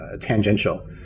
tangential